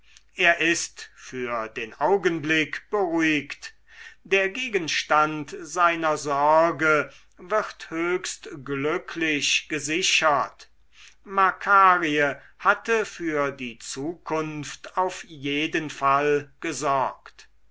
er ist für den augenblick beruhigt der gegenstand seiner sorge wird höchst glücklich gesichert makarie hatte für die zukunft auf jeden fall gesorgt